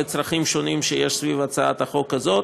צרכים שונים שיש סביב הצעת החוק הזאת,